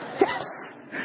Yes